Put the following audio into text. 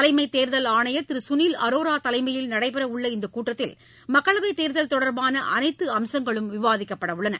தலைமை தேர்தல் ஆணையர் திரு சுனில் அரோரா தலைமையில் நடைபெற உள்ள இந்த கூட்டத்தில் மக்களவை தேர்தல் தொடர்பான அனைத்து அம்சங்களும் விவாதிக்கப்பட உள்ளது